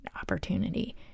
opportunity